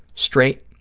straight,